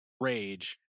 rage